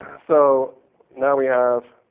so now we have